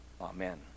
Amen